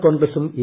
കോൺഗ്രസും എ